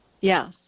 Yes